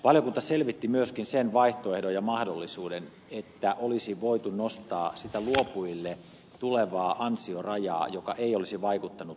valiokunta selvitti myöskin sen vaihtoehdon ja mahdollisuuden että olisi voitu nostaa sitä luopujille tulevaa ansiorajaa joka ei olisi vaikuttanut luopumistukeen